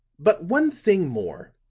but, one thing more.